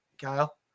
Kyle